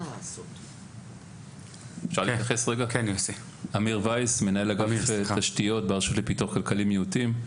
אני מנהל אגף תשתיות ברשות לפיתוח כלכלי, מיעוטים.